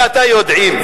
כי אני ואתה יודעים.